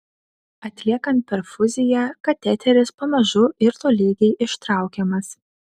atliekant perfuziją kateteris pamažu ir tolygiai ištraukiamas